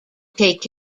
take